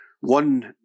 one